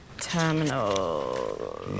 Terminal